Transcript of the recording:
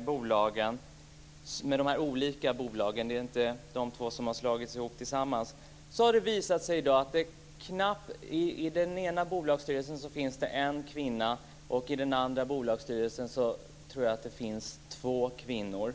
bolagen har slagits samman visar det sig att det i den ena bolagsstyrelsen finns en kvinna och i den andra två kvinnor.